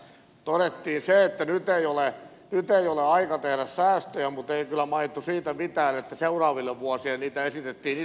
todettiin se että nyt ei ole aika tehdä säästöjä mutta ei kyllä mainittu mitään siitä että seuraaville vuosille niitä esitettiin iso määrä